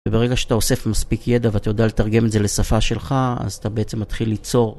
וברגע שאתה אוסף מספיק ידע ואתה יודע לתרגם את זה לשפה שלך, אז אתה בעצם מתחיל ליצור.